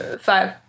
five